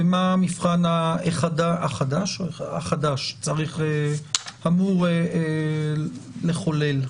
ומה המבחן החדש אמור לחולל?